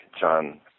John